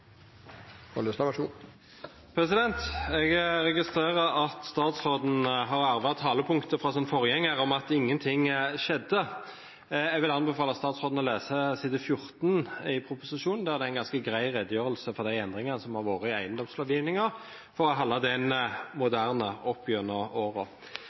Jeg registrerer at statsråden har arvet talepunktet fra sin forgjenger om at ingenting skjedde. Jeg vil anbefale statsråden å lese side 14 i proposisjonen, der det er en ganske grei redegjørelse for de endringene som har vært i eiendomslovgivningen for å holde den